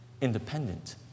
independent